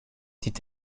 dit